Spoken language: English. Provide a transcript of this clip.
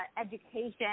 education